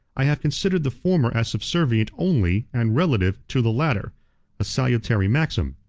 i have considered the former as subservient only, and relative, to the latter a salutary maxim,